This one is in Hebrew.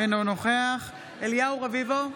אינו נוכח אליהו רביבו,